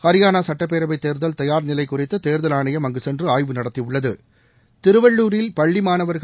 ஹரியானா சட்டப்பேரவை தேர்தல் தயார் நிலை குறித்து தேர்தல் ஆணையம் அங்கு சென்று ஆய்வு நடத்தி உள்ளது திருவள்ளுரில் பள்ளி மாணவர்கள்